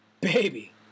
Baby